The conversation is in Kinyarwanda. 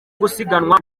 gusiganwa